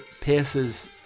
Pierce's